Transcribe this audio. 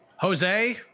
Jose